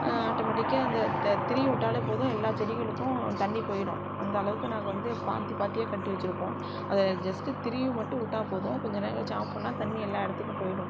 ஆட்டோமெட்டிக்காக அந்த திருகிவிட்டாலே போதும் எல்லா செடிகளுக்கும் தண்ணி போயிடும் அந்தளவுக்கு நாங்கள் வந்து பாத்தி பாத்தியா கட்டி வச்சுருப்போம் அதை ஜஸ்ட் திருகி மட்டும் விட்டா போதும் கொஞ்ச நேரம் கழித்து ஆஃப் பண்ணால் தண்ணி எல்லா இடத்துக்கு போயிடும்